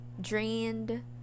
drained